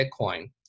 Bitcoin